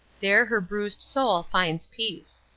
there her bruised soul finds peace.